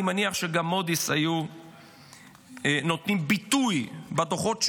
אני מניח שגם מודי'ס היו נותנים לזה ביטוי בדוחות שלהם,